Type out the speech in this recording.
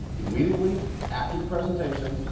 immediately after the presentation,